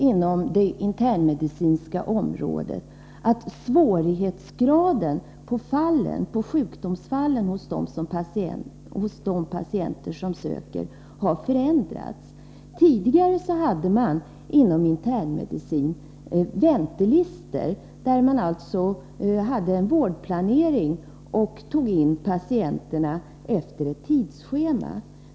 Inom det internmedicinska området har också svårighetsgraden på sjukdomsfallen hos de patienter som söker dit förändrats. Tidigare hade man inom internmedicinen väntelistor. Man hade en vårdplanering och tog in patienterna efter ett tidsschema.